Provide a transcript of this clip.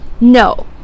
no